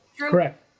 Correct